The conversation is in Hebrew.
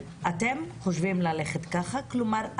אתם חושבים ללכת כך - כלומר,